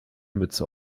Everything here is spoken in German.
mütze